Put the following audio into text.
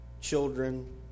children